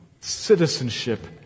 Citizenship